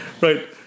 right